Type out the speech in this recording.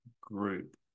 group